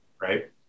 right